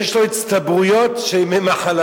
יש לו הצטברויות של ימי מחלה,